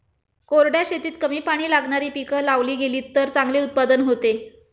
कोरड्या शेतीत कमी पाणी लागणारी पिकं लावली गेलीत तर चांगले उत्पादन होते